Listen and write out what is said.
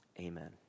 Amen